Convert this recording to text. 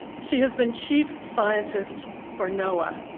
she has been chief scientist for noaa.